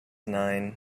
nine